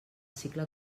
cicle